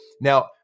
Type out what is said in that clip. Now